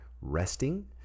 resting